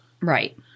Right